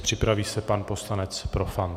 Připraví se pan poslanec Profant.